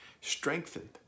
strengthened